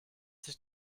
sich